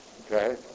Okay